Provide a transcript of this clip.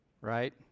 right